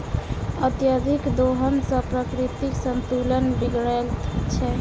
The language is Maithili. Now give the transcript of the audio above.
अत्यधिक दोहन सॅ प्राकृतिक संतुलन बिगड़ैत छै